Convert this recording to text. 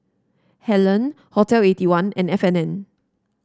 Helen Hotel Eighty one and F and N